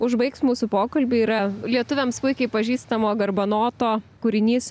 užbaigs mūsų pokalbį yra lietuviams puikiai pažįstamo garbanoto kūrinys